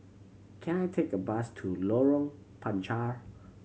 can I take a bus to Lorong Panchar